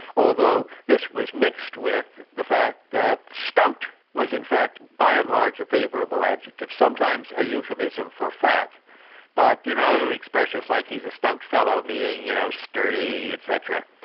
although this was mixed with the fact that stout was in fact by and large a favourable adjective sometimes a euphemism for fat but you know expressions like he's a stout fellow, meaning you know sturdy, etc,